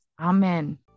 amen